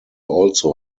also